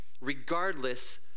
regardless